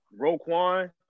Roquan